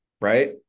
right